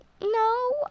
No